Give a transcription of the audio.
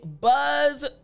buzz